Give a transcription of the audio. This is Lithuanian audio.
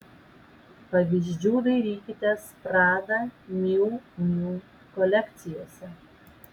pavyzdžių dairykitės prada miu miu kolekcijose